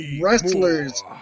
wrestlers